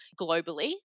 globally